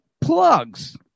plugs